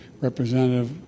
Representative